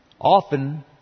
Often